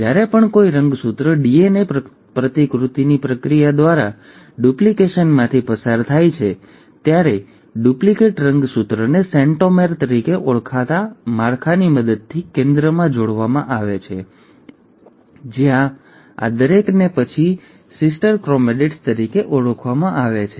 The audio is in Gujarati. અને જ્યારે પણ કોઈ રંગસૂત્ર ડીએનએ પ્રતિકૃતિની પ્રક્રિયા દ્વારા ડુપ્લિકેશનમાંથી પસાર થાય છે ત્યારે ડુપ્લિકેટ રંગસૂત્રને સેન્ટ્રોમેર તરીકે ઓળખાતા માળખાની મદદથી કેન્દ્રમાં જોડવામાં આવે છે જ્યાં આ દરેકને પછી સિસ્ટર ક્રોમેટિડ્સ તરીકે ઓળખવામાં આવે છે